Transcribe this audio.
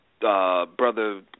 brother